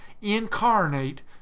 incarnate